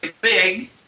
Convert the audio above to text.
big